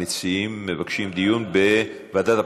המציעים מבקשים דיון בוועדת הפנים.